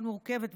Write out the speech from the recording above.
מאוד מורכבת,